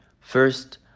First